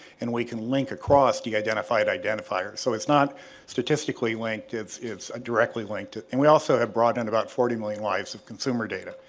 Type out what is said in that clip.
and we can link across de-identified identifier so it's not statistically linked it's it's directly linked and we also have brought in about forty million lives of consumer data.